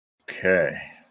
Okay